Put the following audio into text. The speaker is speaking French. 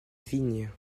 vigne